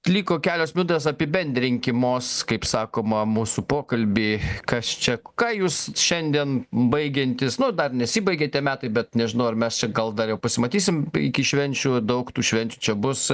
liko kelios minutės apibendrinkimos kaip sakoma mūsų pokalbį kas čia ką jūs šiandien baigiantis nu dar nesibaigė tie metai bet nežinau ar mes čia gal dar jau pasimatysim iki švenčių daug tų švenčių čia bus